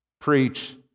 Preach